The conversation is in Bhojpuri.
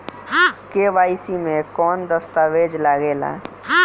के.वाइ.सी मे कौन दश्तावेज लागेला?